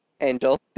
Angel